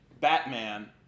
Batman